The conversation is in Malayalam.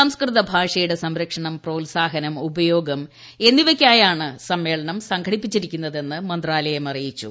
സംസ്കൃത ഭാഷയുടെ സംരക്ഷണം പ്രോത്സാഹനം ഉപയോഗം എന്നിവയ്ക്കായാണ് സമ്മേളനം സംഘടിപ്പിച്ചിരിക്കുന്നതെന്ന് മന്ത്രാലയം അറിയിച്ചു